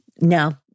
No